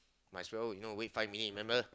might as well you know wait five minutes remember